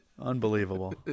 unbelievable